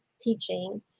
teaching